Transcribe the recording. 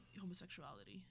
homosexuality